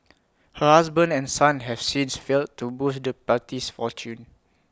her husband and son have since failed to boost the party's fortunes